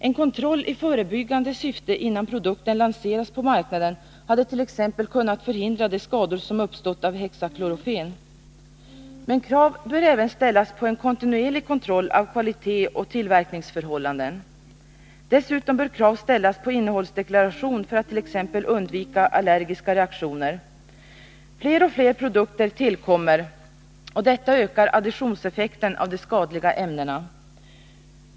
En kontroll i förebyggande syfte innan produkten lanseras på marknaden hade t.ex. kunnat förhindra de skador som har uppstått av hexaklorofen. Men krav bör även ställas på en kontinuerlig kontroll av kvalitet och tillverkningsförhållanden. Dessutom bör krav ställas på innehållsdeklaration för att t.ex. undvika allergiska reaktioner. Fler och fler produkter tillkommer, och detta ökar additionseffekten av de skadliga ämnena.